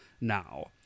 now